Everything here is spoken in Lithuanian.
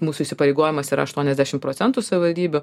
mūsų įsipareigojimas yra aštuoniasdešim procentų savivaldybių